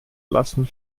lassen